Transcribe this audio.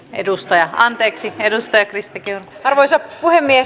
edustaja anteeksi edustaja kris ja arvoisa puhemies